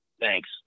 Thanks